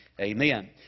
Amen